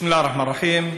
בסם אללה א-רחמאן א-רחים.